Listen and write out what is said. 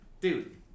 dude